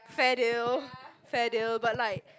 fair deal fair deal but like